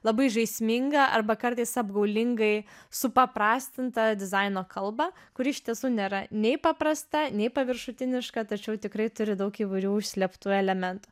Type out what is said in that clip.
labai žaismingą arba kartais apgaulingai supaprastintą dizaino kalbą kuri iš tiesų nėra nei paprasta nei paviršutiniška tačiau tikrai turi daug įvairių užslėptų elementų